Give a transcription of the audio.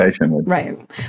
Right